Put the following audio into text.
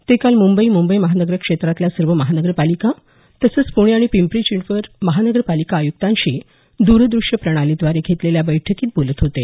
ते काल मुंबई मुंबई महानगर क्षेत्रातल्या सर्व महानगरपालिका तसंच पुणे आणि पिंपरी चिंचवड महानगरपालिका आयुक्तांशी द्रदृश्य प्रणालीद्वारे घेतलेल्या बैठकीत बोलत होते